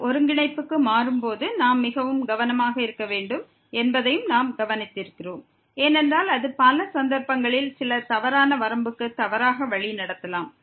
துருவ ஒருங்கிணைப்புக்கு மாறும்போது நாம் மிகவும் கவனமாக இருக்க வேண்டும் என்பதையும் நாம் கவனித்திருக்கிறோம் ஏனென்றால் அது பல சந்தர்ப்பங்களில் சில தவறான வரம்புக்கு தவறாக வழிநடத்தலாம்